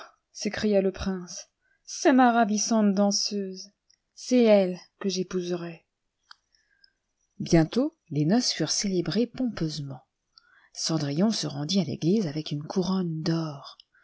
s'écria le prince c'est ma ravissante danseuse c'est elle que j'épouserai bientôtles noces furent célébrées pompeusement cendrillon se rendit à l'église avec une couronne d'or